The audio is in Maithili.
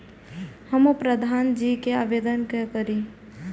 हमू प्रधान जी के आवेदन के करी?